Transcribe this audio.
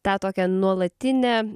tą tokią nuolatinę